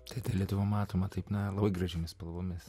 tada lietuva matoma taip na labai gražiomis spalvomis